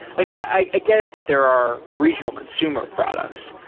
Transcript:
like i get it that there are regional consumer products,